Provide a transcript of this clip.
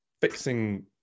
fixing